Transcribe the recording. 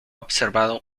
observado